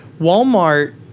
Walmart